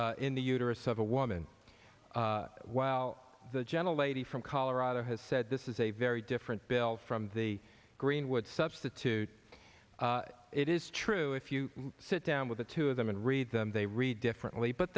embryo in the uterus of a woman while the gentle lady from colorado has said this is a very different bill from the greenwood substitute it is true if you sit down with the two of them and read them they read differently but